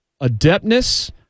adeptness